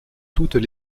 toutes